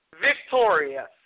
victorious